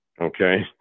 okay